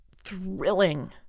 Thrilling